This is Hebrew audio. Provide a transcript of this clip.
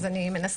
אז אני מנסה.